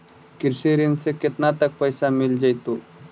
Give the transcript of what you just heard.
कृषि ऋण से केतना तक पैसा मिल जइतै?